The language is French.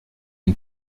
une